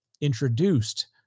introduced